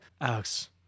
Alex